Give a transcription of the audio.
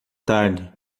tarde